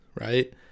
Right